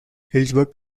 hillsborough